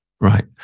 Right